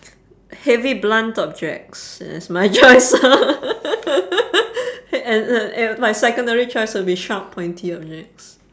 heavy blunt objects is my choice and and my secondary choice would be sharp pointy objects